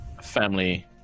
family